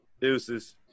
Deuces